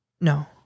No